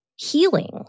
Healing